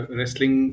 Wrestling